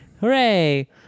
Hooray